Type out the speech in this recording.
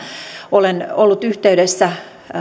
olen ollut yhteydessä